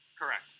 Correct